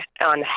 on